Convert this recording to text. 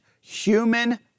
human